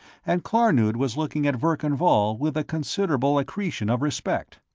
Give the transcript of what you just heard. and klarnood was looking at verkan vall with a considerable accretion of respect.